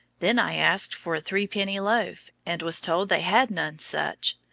then i asked for a threepenny loaf, and was told they had none such.